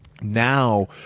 now